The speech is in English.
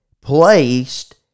placed